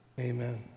Amen